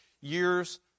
years